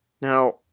Now